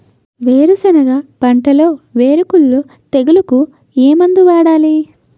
వేరుసెనగ పంటలో వేరుకుళ్ళు తెగులుకు ఏ మందు వాడాలి?